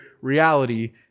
reality